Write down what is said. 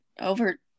over